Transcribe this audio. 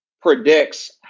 predicts